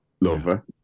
lover